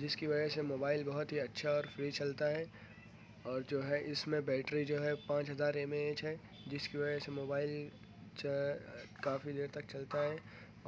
جس کی وجہ سے موبائل بہت ہی اچھا اور فری چلتا ہے اور جو ہے اس میں بیٹری جو ہے پانچ ہزار ایم اے ایچ ہے جس کی وجہ سے موبائل چا کافی دیر تک چلتا ہے